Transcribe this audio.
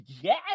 Yes